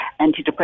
antidepressants